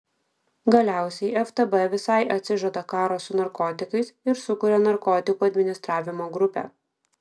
galiausiai ftb visai atsižada karo su narkotikais ir sukuria narkotikų administravimo grupę